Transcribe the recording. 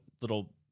little